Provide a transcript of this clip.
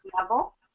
level